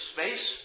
Space